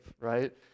right